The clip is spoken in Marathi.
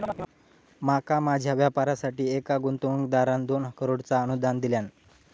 माका माझ्या व्यापारासाठी एका गुंतवणूकदारान दोन करोडचा अनुदान दिल्यान